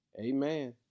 Amen